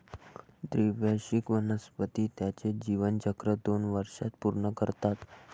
द्विवार्षिक वनस्पती त्यांचे जीवनचक्र दोन वर्षांत पूर्ण करतात